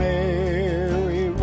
Mary